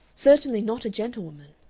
certainly not a gentlewoman.